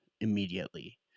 immediately